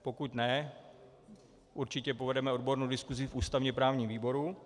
Pokud ne, určitě povedeme odbornou diskusi v ústavněprávním výboru.